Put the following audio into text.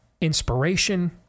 inspiration